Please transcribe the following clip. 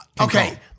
Okay